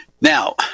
Now